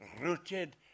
rooted